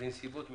בנסיבות מיוחדות,